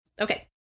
Okay